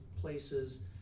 places